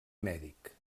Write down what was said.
mèdic